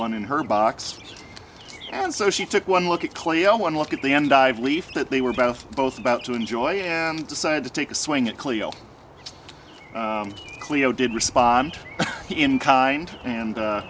one in her box and so she took one look at cleo one look at the end of leaf that they were both both about to enjoy and decided to take a swing at cleo cleo did respond in kind and